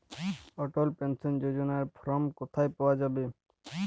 অটল pension যোজনার form কোথায় পাওয়া যাবে?